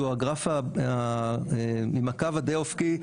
שהוא הגרף עם הקו הדי אופקי,